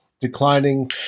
declining